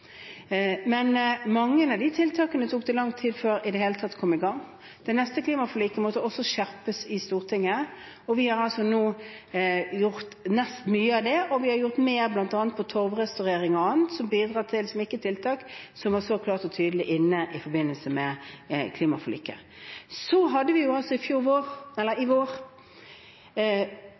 Men mange av de tiltakene tok det lang tid før i det hele tatt kom i gang. Det neste klimaforliket måtte også skjerpes i Stortinget, og vi har altså nå gjort mye av det, og vi har gjort mer bl.a. når det gjelder torvrestaurering og annet som ikke er tiltak som står klart og tydelig inne i forbindelse med klimaforliket. I vår hadde vi